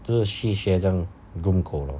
这去学怎样 groom 狗 lor